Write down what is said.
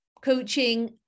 coaching